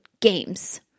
games